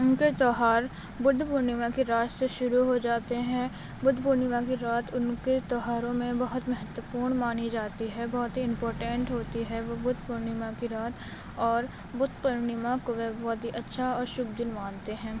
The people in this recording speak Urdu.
ان کے تہوار بدھ پورنیما کی رات سے شروع ہو جاتے ہیں بدھ پورنیما کی رات ان کے تہواروں میں بہت مہتوپور مانی جاتی ہے بہت ہی امپورٹینٹ ہوتی ہے وہ بدھ پورنما کی رات اور بدھ پورنیما کو وہ بہت ہی اچھا اور شبھ دن مانتے ہیں